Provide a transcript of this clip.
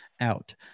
out